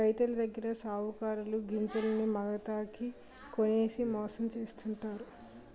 రైతులదగ్గర సావుకారులు గింజల్ని మాగతాకి కొనేసి మోసం చేస్తావుంటారు